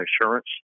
insurance